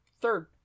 third